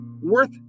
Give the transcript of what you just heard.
worth